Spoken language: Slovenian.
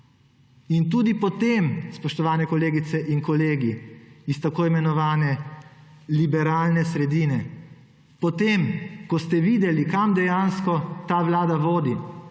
In tudi potem, spoštovane kolegice in kolegi, iz tako imenovane liberalne sredine, potem ko ste videli kam dejansko ta Vlada vodi,